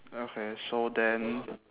okay so then